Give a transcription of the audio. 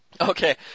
Okay